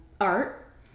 art